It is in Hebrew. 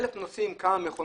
1,000 נוסעים כמה מכונות?